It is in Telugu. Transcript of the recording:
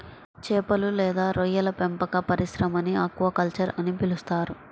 చేపలు లేదా రొయ్యల పెంపక పరిశ్రమని ఆక్వాకల్చర్ అని పిలుస్తారు